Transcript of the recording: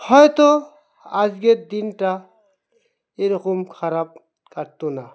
হয়তো আজকের দিনটা এরকম খারাপ কাটতো না